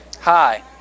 Hi